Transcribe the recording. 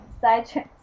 side